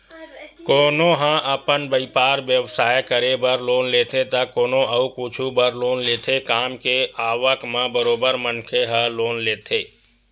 कोनो ह अपन बइपार बेवसाय करे बर लोन लेथे त कोनो अउ कुछु बर लोन लेथे काम के आवक म बरोबर मनखे ह लोन लेथे